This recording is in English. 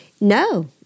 No